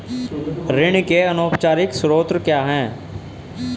ऋण के अनौपचारिक स्रोत क्या हैं?